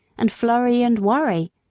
and flurry and worry,